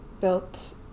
built